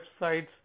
websites